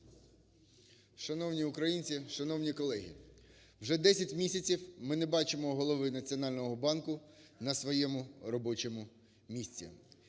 Шановні українці, шановні колеги! Вже 10 місяців ми не бачимо Голови Національного банку на своєму робочому місці.